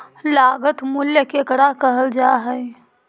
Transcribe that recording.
लागत मूल्य केकरा कहल जा हइ?